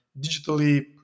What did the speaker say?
digitally